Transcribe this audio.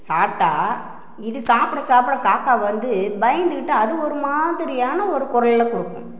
சாப்பிட்டா இது சாப்பிட சாப்பிட காக்கா வந்து பயந்துக்கிட்டு அது ஒரு மாதிரியான ஒரு குரல்ல கொடுக்கும்